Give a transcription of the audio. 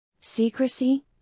Secrecy